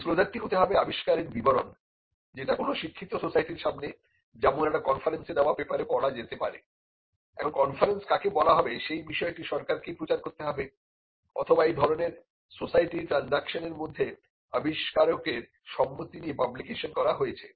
ডিসক্লোজারটি হতে হবে আবিষ্কারের বিবরণ যেটা কোন শিক্ষিত সোসাইটির সামনে যেমন একটা কনফারেন্সে দেওয়া পেপারে পড়া যেতে পারে এখন কনফারেন্স কাকে বলা হবে সেই বিষয়টি সরকারকেই প্রচার করতে হবে অথবা এই ধরনের সোসাইটির ট্রানজাকশন এর মধ্যে আবিষ্কারকের সম্মতি নিয়ে পাবলিকেশন করা হয়েছে